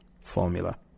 formula